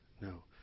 No